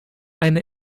eine